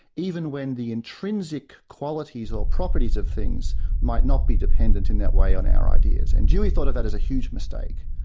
even when the intrinsic qualities or properties of things might not be dependent in that way on our ideas. and dewey thought of that as a huge mistake.